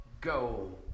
go